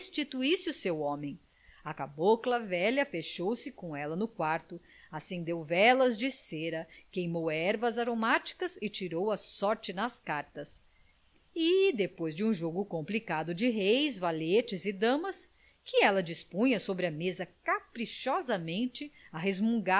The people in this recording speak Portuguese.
restituísse o seu homem a cabocla velha fechou-se com ela no quarto acendeu velas de cera queimou ervas aromáticas e tirou sorte nas cartas e depois de um jogo complicado de reis valetes e damas que ela dispunha sobre a mesa caprichosamente a